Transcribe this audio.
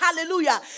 hallelujah